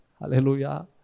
Hallelujah